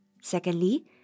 Secondly